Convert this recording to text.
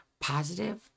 positive